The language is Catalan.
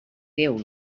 déu